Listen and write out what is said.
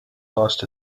lost